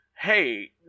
hey